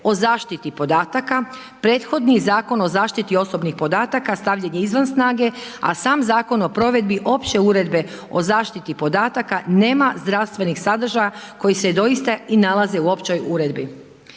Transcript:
o zaštiti podataka, prethodni Zakon o zaštiti osobnih podataka stavljen je izvan snage, a sam Zakon o provedbi opće uredbe o zaštiti podataka nema zdravstvenih sadržaja koji se doista i nalaze u općoj uredbi.